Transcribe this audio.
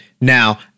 Now